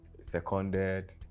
seconded